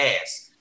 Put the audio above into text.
ass